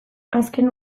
azken